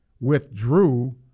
withdrew